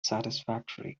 satisfactory